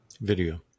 Video